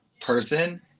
person